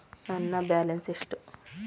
ನನ್ನ ಬ್ಯಾಲೆನ್ಸ್ ಎಷ್ಟು?